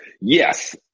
Yes